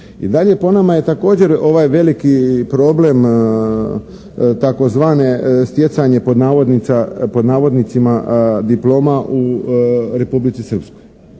I dalje, po nama je također ovaj veliki problem tzv. stjecanje, pod navodnicima, diploma u Republici Srpskoj,